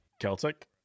celtic